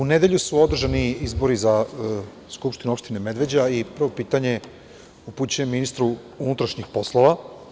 U nedelju su održani izbori za Skupštinu opštine Medveđa i prvo pitanje upućujem ministru unutrašnjih poslova.